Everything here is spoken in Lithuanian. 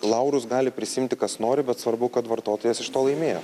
laurus gali prisiimti kas nori bet svarbu kad vartotojas iš to laimėjo